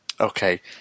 Okay